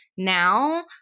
now